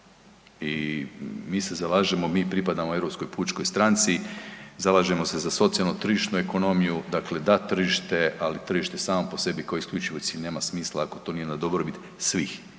I mi se zalažemo, mi pripadamo Europskoj pučkoj stranci, zalažemo se za socijalno tržišnu ekonomiju, dakle da tržište ali tržište samo po sebi koje je …/nerazumljivo/… nema smisla ako to nije na dobrobit svih